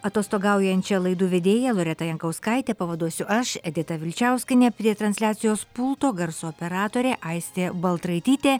atostogaujančią laidų vedėją loretą jankauskaitę pavaduosiu aš edita vilčiauskienė prie transliacijos pulto garso operatorė aistė baltraitytė